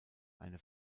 eine